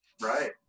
Right